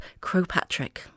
Crowpatrick